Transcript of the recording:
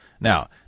Now